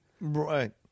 right